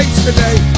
today